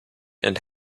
and